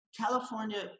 California